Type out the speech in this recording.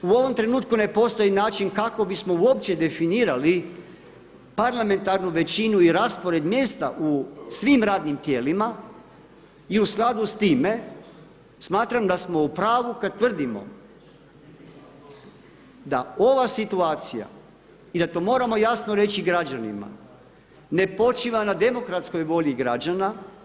U ovom trenutku ne postoji način kako bismo uopće definirali parlamentarnu većinu i raspored mjesta u svim radnim tijelima i u skladu sa time smatram da smo u pravu kad tvrdimo da ova situacija i da to moramo jasno reći građanima ne počiva na demokratskoj volji građana.